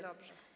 Dobrze.